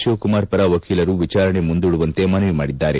ಶಿವಕುಮಾರ್ ಪರ ವಕೀಲರು ವಿಚಾರಣೆ ಮುಂದೂಡುವಂತೆ ಮನವಿ ಮಾಡಿದ್ದಾರೆ